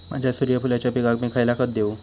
माझ्या सूर्यफुलाच्या पिकाक मी खयला खत देवू?